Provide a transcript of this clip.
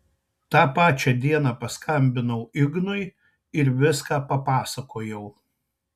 tą pačią dieną paskambinau ignui ir viską papasakojau